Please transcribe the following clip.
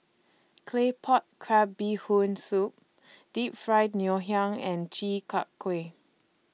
Claypot Crab Bee Hoon Soup Deep Fried Ngoh Hiang and Chi Kak Kuih